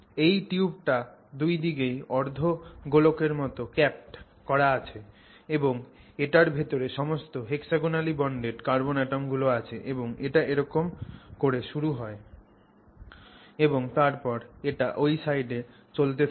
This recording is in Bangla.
এই টিউবটা দুই দিকেই অর্ধ গোলকের মত ক্যাপড করা আছে এবং এটার ভেতরে সমস্ত hexagonally bonded কার্বন অ্যাটম গুলো আছে এবং এটা এরকম করে শুরু হয় এবং তারপর এটা ওই সাইডে চলতে থাকে